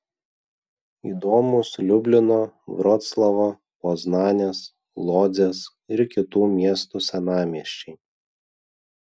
įdomūs liublino vroclavo poznanės lodzės ir kitų miestų senamiesčiai